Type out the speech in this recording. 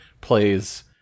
plays